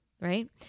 right